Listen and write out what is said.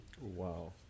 Wow